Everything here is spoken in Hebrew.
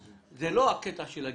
זה לא הקטע של הגיל.